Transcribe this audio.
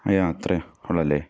അയ്യൊ അത്രയേ ഉള്ളൂ അല്ലെ